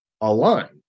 align